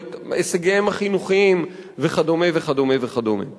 הישגיהם החינוכיים וכדומה וכדומה וכדומה.